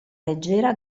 leggera